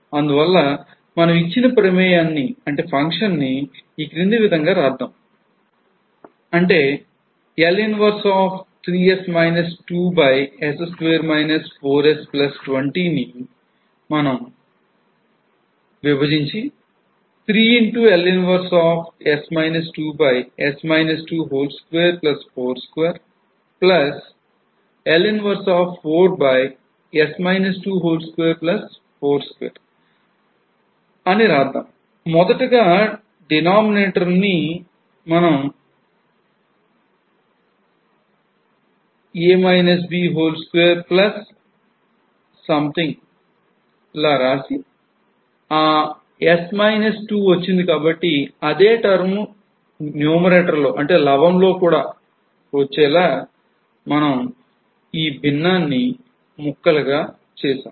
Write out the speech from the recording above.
అందువల్ల మనం ఇచ్చిన ప్రమేయాన్నిfunction ను ఈ కింది విధంగా రాద్దాం